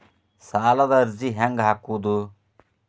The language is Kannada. ಸಾಲದ ಅರ್ಜಿ ಹೆಂಗ್ ಹಾಕುವುದು?